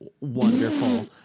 wonderful